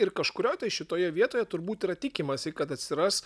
ir kažkurioj tai šitoje vietoje turbūt yra tikimasi kad atsiras